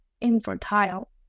infertile